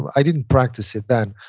i didn't practice it then.